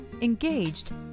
engaged